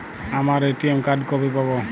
আমার ATM card কবে পাব?